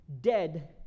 dead